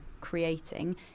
creating